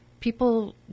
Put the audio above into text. people